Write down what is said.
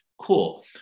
cool